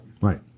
Right